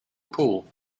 pool